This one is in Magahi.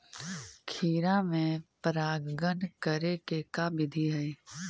खिरा मे परागण करे के का बिधि है?